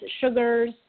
sugars